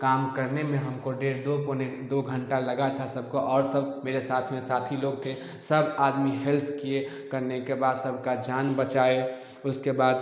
काम करने में हमको डेढ़ दो पौने दो घंटा लगा था सबको और सब मेरे साथ में साथी लोग थे सब आदमी हेल्प किए करने के बाद सबका जान बचाए उसके बाद